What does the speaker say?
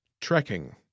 Trekking